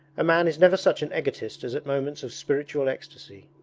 a man is never such an egotist as at moments of spiritual ecstasy.